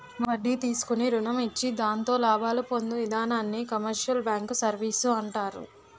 వడ్డీ తీసుకుని రుణం ఇచ్చి దాంతో లాభాలు పొందు ఇధానాన్ని కమర్షియల్ బ్యాంకు సర్వీసు అంటారు